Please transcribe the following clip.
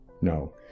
No